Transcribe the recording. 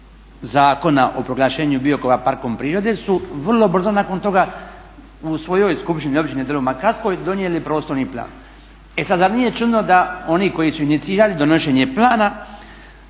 Zakona o proglašenju Biokova parkom prirode su vrlo brzo nakon toga u svojoj skupštini općine dolje u Makarskoj donijeli prostorni plan. E sad, zar nije čudno da oni koji su inicirali donošenje plana